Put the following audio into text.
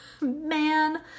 man